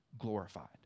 glorified